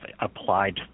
applied